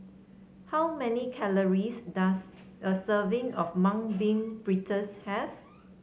how many calories does a serving of Mung Bean Fritters have